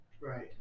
Right